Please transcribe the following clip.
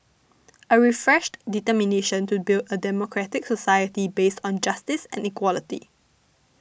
a refreshed determination to build a democratic society based on justice and equality